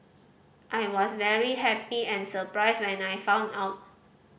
I was very happy and surprised when I found out